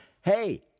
hey